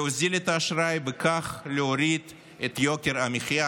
להוזיל את האשראי וכך להוריד את יוקר המחיה.